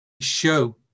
show